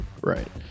Right